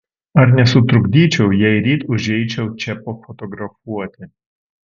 ar nesutrukdyčiau jei ryt užeičiau čia pafotografuoti